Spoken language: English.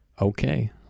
Okay